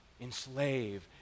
enslave